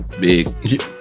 big